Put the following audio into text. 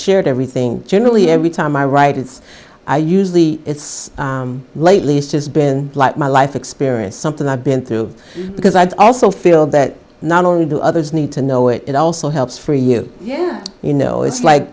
shared everything generally every time i write it's i usually it's lately is just been my life experience something i've been through because i also feel that not only do others need to know it it also helps free you yeah you know it's like